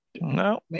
No